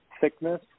thickness